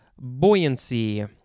buoyancy